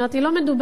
לא מדובר,